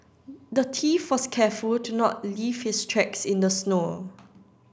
the thief was careful to not leave his tracks in the snow